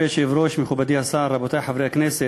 אדוני היושב-ראש, מכובדי השר, רבותי חברי הכנסת,